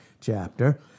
chapter